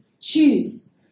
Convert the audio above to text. choose